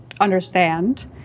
understand